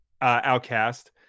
Outcast